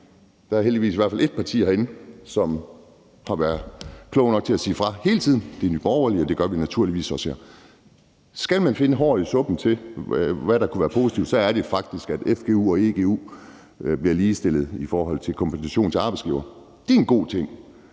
Der er heldigvis i hvert fald ét parti herinde, som har været klog nok til at sige fra hele tiden – det er Nye Borgerlige, og det gør vi naturligvis også her. Skal man finde hår i suppen, i forhold til hvad der kunne være positivt, er det faktisk, at fgu og egu bliver ligestillet i forhold til kompensation til arbejdsgiveren. Det er en god ting,